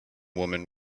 woman